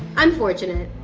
unfortunate.